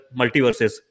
multiverses